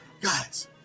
guys